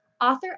author